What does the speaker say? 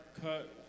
cut